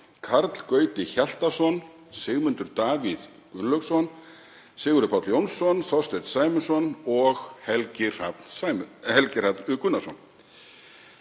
Karl Gauti Hjaltason, Sigmundur Davíð Gunnlaugsson, Sigurður Páll Jónsson, Þorsteinn Sæmundsson og Helgi Hrafn Gunnarsson.